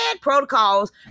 protocols